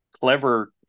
clever